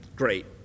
great